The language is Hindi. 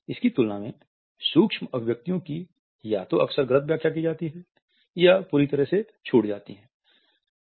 इसकी तुलना में सूक्ष्म अभिव्यक्तियों की या तो अक्सर गलत व्याख्या की जाती है या पूरी तरह से छूट जाती है